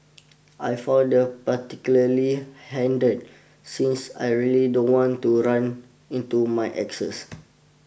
I found that particularly handed since I really don't want to run into my exes